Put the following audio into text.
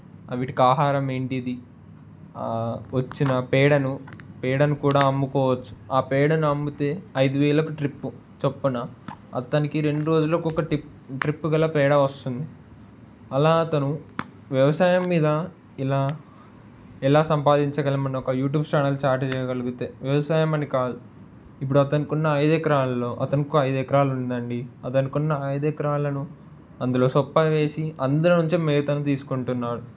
వాటికి ఆహారం ఏంటిది వచ్చిన పేడను పేడను కూడా అమ్ముకోవచ్చు ఆ పేడను అమ్ముతే ఐదు వేలకు ట్రిప్పు చొప్పున అతనికి రెండు రోజులకి ఒకటి ట్రిప్ ట్రిప్ గల పేడ వస్తుంది అలా అతను వ్యవసాయం మీద ఇలా ఎలా సంపాదించగలం అని ఒక యూట్యూబ్ ఛానల్ స్టార్ట్ చేయగలిగితే వ్యవసాయం అని కాదు ఇప్పుడు అతనికి ఉన్న ఐదు ఎకరాలలో అతనికి ఐదు ఎకరాలు ఉందండి అతనికి ఉన్న ఐదు ఎకరాలను అందులో సోప్పు వేసి అందులో నుంచి మేతను తీసుకుంటున్నాడు